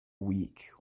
weak